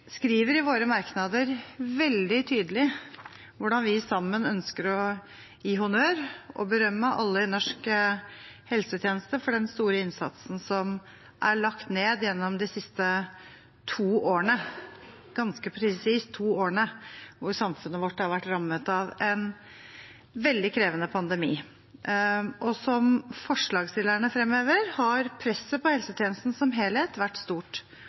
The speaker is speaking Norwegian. skriver i våre merknader veldig tydelig hvordan vi sammen ønsker å gi honnør og berømme alle i norsk helsetjeneste for den store innsatsen som er lagt ned gjennom de siste – ganske presist – to årene, hvor samfunnet vårt har vært rammet av en veldig krevende pandemi. Som forslagsstillerne fremhever, har presset på helsetjenesten som helhet vært stort,